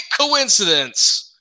Coincidence